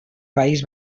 país